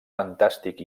fantàstic